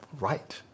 right